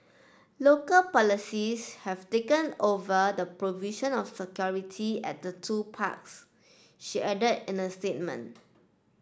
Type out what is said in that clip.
local polices have taken over the provision of security at the two parks she added in a statement